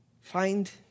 Find